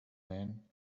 men